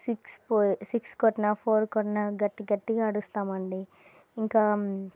six పో six కొట్టినా four కొట్టినా గట్టి గట్టిగా అరుస్తామండి ఇంకా